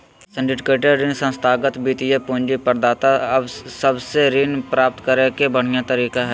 syndicated ऋण संस्थागत वित्तीय पूंजी प्रदाता सब से ऋण प्राप्त करे के बढ़िया तरीका हय